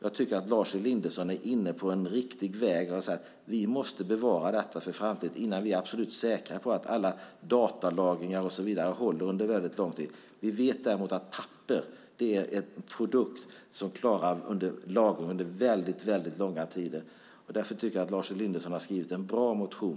Jag tycker att Lars Elinderson är inne på rätt väg. Vi måste bevara detta för framtiden innan vi är absolut säkra på att datalagringar håller under lång tid. Vi vet att papper är en produkt som klarar lagring under väldigt långa tider. Därför tycker jag att Lars Elindersson har skrivit en bra motion.